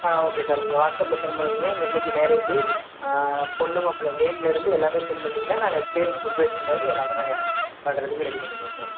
ஆ okay sir நீங்கள் வாட்ஸப்பில் send பண்ணியிருங்க என்றைக்கி மேரேஜி பொண்ணு மாப்பிள நேம்லேருந்து எல்லாமே செண்ட் பண்ணீங்கன்னா நாங்கள் ஸ்டேஜ் ப்ரிப்ரேஷன்லேருந்து எல்லாமே நாங்கள் பண்ணுறதுக்கு ரெடி பண்ணிருவோம் சார்